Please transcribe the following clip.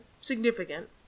significant